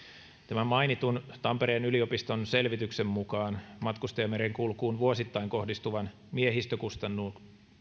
tämän mainitun tampereen yliopiston selvityksen mukaan matkustajamerenkulkuun vuosittain kohdistuvan miehistökustannustuen